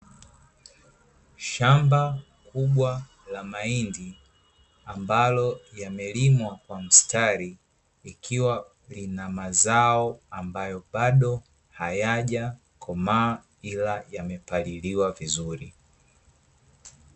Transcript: Shamba kubwa la mahindi ambalo, yamelimwa kwa mstari ikiwa lina mazao ambayo bado hayajakomaa ila yamepaliliwa vizuri.